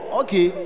okay